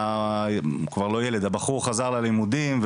הבחור חזר ללימודים,